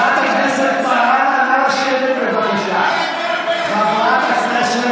חברת הכנסת מראענה, נא לשבת, בבקשה.